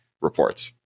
reports